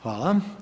Hvala.